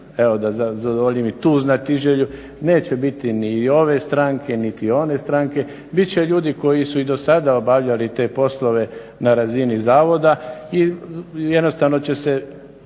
evo da zadovoljim i tu znatiželju, neće biti ni ove stranke niti one stranke bit će ljudi koji su i dosada obavljali te poslove na razini zavoda i jednostavno će se